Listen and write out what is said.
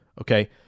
Okay